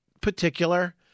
particular